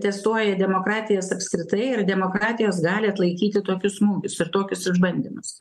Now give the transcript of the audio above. testuoja demokratijos apskritai ar demokratijos gali atlaikyti tokius smūgius ir tokius išbandymus